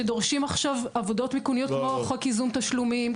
שדורשים עכשיו עבודות מיכונית כמו חוק איזון תשלומים,